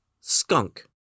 Skunk